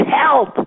help